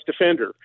defender